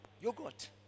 Yogurt